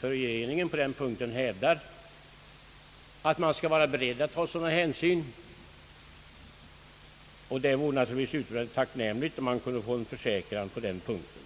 för regeringen, på den punkten hävdar att man skall vara beredd att ta sådana hänsyn, och det vore naturligtvis utomordentligt tacknämligt om vi kunde få en försäkrån på den punkten.